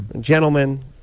Gentlemen